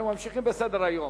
אנחנו ממשיכים בסדר-היום: